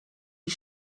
die